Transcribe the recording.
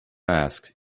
asked